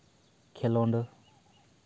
ᱠᱷᱮᱹᱞᱳᱰ